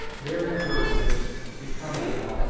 bear your burthen, hist, becomingly,